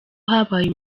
habaye